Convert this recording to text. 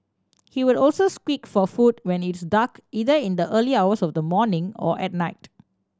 he would also squeak for food when it's dark either in the early hours of the morning or at night